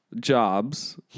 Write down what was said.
jobs